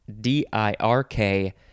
D-I-R-K